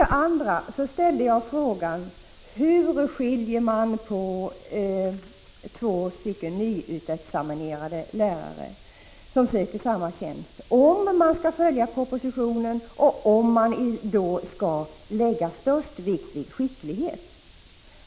Den andra frågan som jag ställde löd: Hur skiljer man på två nyutexaminerade lärare som söker samma tjänst, om man skall följa propositionen och således lägga störst vikt vid skicklighet?